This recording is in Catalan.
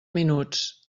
minuts